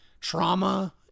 trauma